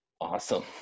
awesome